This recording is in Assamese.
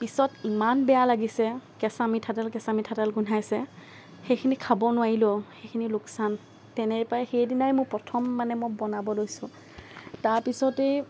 পিছত ইমান বেয়া লাগিছে কেঁচা মিঠাতেল কেঁচা মিঠাতেল গোন্ধাইছে সেইখিনি খাব নোৱাৰিলোঁ সেইখিনি লোকচান তেনে পাই সেইদিনাই মই প্ৰথম মানে মই বনাব লৈছোঁ তাৰপিছতেই